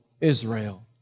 Israel